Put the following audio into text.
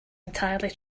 entirely